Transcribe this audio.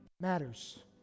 matters